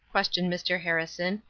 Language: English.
questioned mr. harrison,